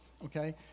Okay